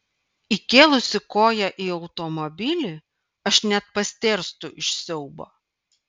įkėlusi koją į automobilį aš net pastėrstu iš siaubo